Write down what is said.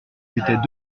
était